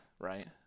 right